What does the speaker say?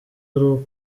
ariko